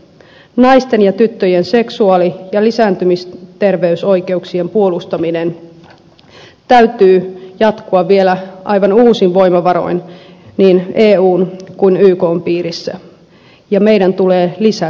naisten ja tyttöjen seksuaali ja lisääntymisterveysoikeuksien puolustamisen täytyy jatkua vielä aivan uusin voimavaroin niin eun kuin ykn piirissä ja meidän tulee lisätä tietoa